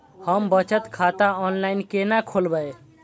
हम बचत खाता ऑनलाइन केना खोलैब?